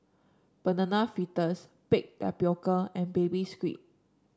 Banana Fritters Baked Tapioca and Baby Squid